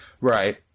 right